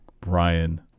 Brian